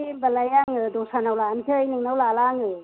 दे होम्बालाय आङो दस्रानाव लानोसै नोंनाव लाला आङो